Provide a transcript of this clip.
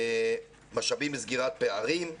משאבים לסגירת פערים.